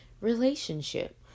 relationship